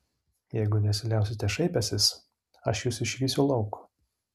jeigu nesiliausite šaipęsis aš jus išvysiu lauk